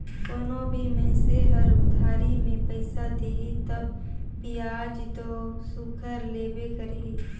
कोनो भी मइनसे हर उधारी में पइसा देही तब बियाज दो सुग्घर लेबे करही